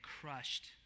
crushed